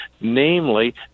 namely